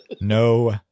No